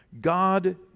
god